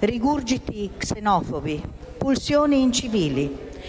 rigurgiti xenofobi e pulsioni incivili